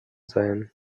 sein